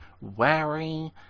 wary